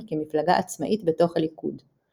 העצמאי, כמפלגה עצמאית בתוך הליכוד.